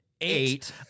Eight